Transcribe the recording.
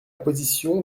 position